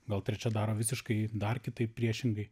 gal trečia daro visiškai dar kitaip priešingai